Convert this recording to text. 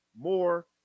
more